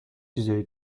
چیزای